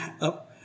up